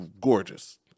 Gorgeous